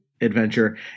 adventure